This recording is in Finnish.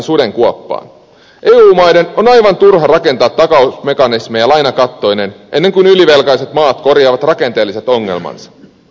eu maiden on aivan turha rakentaa takausmekanismeja lainakattoineen ennen kuin ylivelkaiset maat korjaavat rakenteelliset ongelmansa